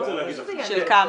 של כמה?